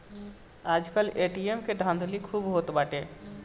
आजकल ए.टी.एम के धाधली खूबे होत बाटे